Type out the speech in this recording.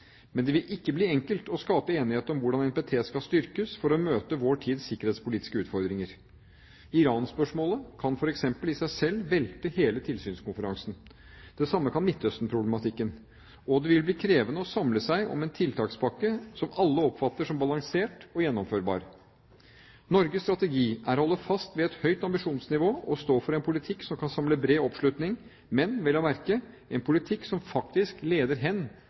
Men det vil ikke bli enkelt å skape enighet om hvordan NPT skal styrkes for å møte vår tids sikkerhetspolitiske utfordringer. Iran-spørsmålet kan f.eks. i seg selv velte hele tilsynskonferansen. Det samme kan Midtøsten-problematikken. Det vil også bli krevende å samle seg om en tiltakspakke som alle oppfatter som balansert og gjennomførbar. Norges strategi er å holde fast ved et høyt ambisjonsnivå og stå for en politikk som kan samle bred oppslutning, men, vel og merke, en politikk som faktisk leder hen